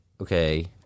Okay